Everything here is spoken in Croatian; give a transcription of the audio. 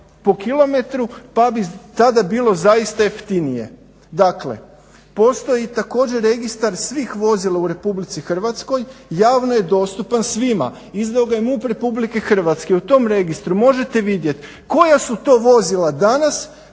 po kilometru, pa bi tada bilo zaista jeftinije. Dakle, postoji također registar svih vozila u Republici Hrvatskoj javno je dostupan svima, izdao ga je MUP Republike Hrvatske u tom registru možete vidjeti koja su to vozila danas